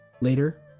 later